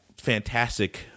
fantastic